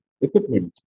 equipment